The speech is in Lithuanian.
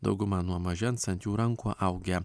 dauguma nuo mažens ant jų rankų augę